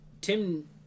Tim